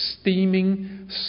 steaming